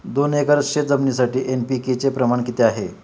दोन एकर शेतजमिनीसाठी एन.पी.के चे प्रमाण किती आहे?